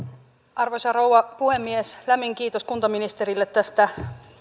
arvoisa rouva puhemies lämmin kiitos kuntaministerille tästä